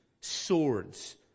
swords